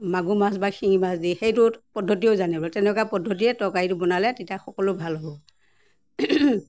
মাগুৰ মাছ বা শিঙি মাছ দি সেইটো পদ্ধতিও জানিব লাগিব তেনেকুৱা পদ্ধতিয়ে তৰকাৰীটো বনালে তেতিয়া সকলো ভাল হ'ব